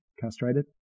castrated